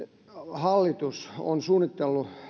hallitus on suunnitellut